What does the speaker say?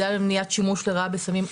שימוש לרעה בסמים,